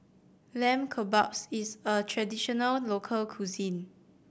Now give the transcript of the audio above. Lamb Kebabs is a traditional local cuisine